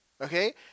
Okay